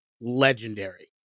legendary